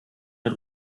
mit